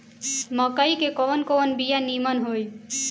मकई के कवन कवन बिया नीमन होई?